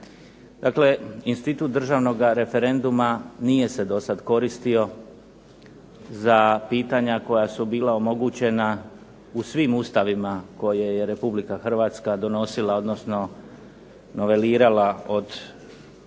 Dakle institut državnoga referenduma nije se dosad koristio za pitanja koja su bila omogućena u svim ustavima koje je Republika Hrvatska donosila, odnosno novelirala od svog